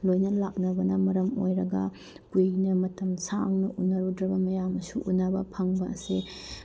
ꯂꯣꯏꯅ ꯂꯥꯛꯅꯕꯅ ꯃꯔꯝ ꯑꯣꯏꯔꯒ ꯀꯨꯏꯅ ꯃꯇꯝ ꯁꯥꯡꯅ ꯎꯅꯔꯨꯗ꯭ꯔꯕ ꯃꯌꯥꯝꯒꯁꯨ ꯎꯅꯕ ꯐꯪꯕ ꯑꯁꯤ